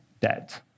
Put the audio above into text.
debt